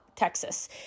Texas